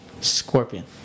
Scorpion